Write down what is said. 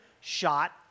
shot